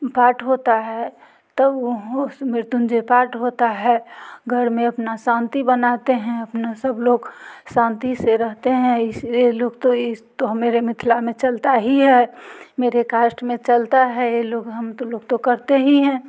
पाठ होता है तब वो उस मृत्युंजय पाठ होता है घर में अपना शांति बनाते हैं अपना सब लोग शांति से रहते हैं इस लिए लोग तो इस तो मेरे मिथला में चलता ही है मेरे काश्ट में चलता है ये लोग हम तो लोग तो करते हीं हैं